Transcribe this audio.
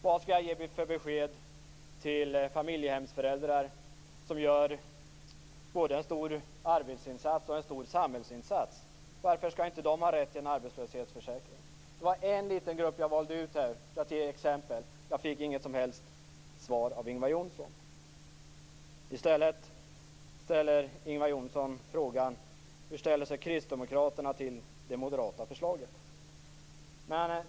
Vad skall jag ge för besked till familjehemsföräldrar som gör både en stor arbetsinsats och en stor samhällsinsats? Varför skall inte de ha rätt till en arbetslöshetsförsäkring? Jag valde ut en liten grupp för att ge exempel. Jag fick inget som helst svar av Ingvar Johnsson. I stället ställer Ingvar Johnsson frågan: Hur ställer sig kristdemokraterna till moderaternas förslag?